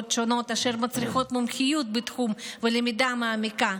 שונות אשר מצריכות מומחיות בתחום ולמידה מעמיקה,